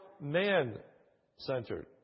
man-centered